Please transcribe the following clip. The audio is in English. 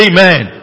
Amen